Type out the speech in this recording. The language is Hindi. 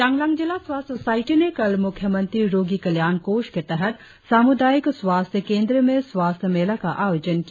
चांगलांग जिला स्वास्थ्य सोसायटी ने कल मुख्यमंत्री रोगी कल्याण कोष के तहत सामुदायिक स्वास्थ्य केंद्र में स्वास्थ्य मेला का आयोजन किया